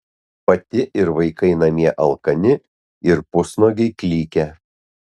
pati ir vaikai namie alkani ir pusnuogiai klykia